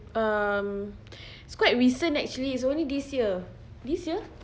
um it's quite recent actually it's only this year this year